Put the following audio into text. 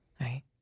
right